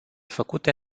făcute